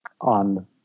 on